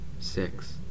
six